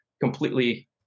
completely